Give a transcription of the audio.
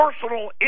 Personal